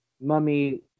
mummy